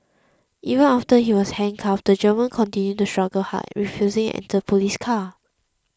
even after he was handcuffed the German continued to struggle hard refusing enter police car